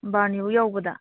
ꯕꯥꯔꯨꯅꯤꯐꯥꯎ ꯌꯧꯕꯗ